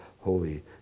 holy